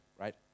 right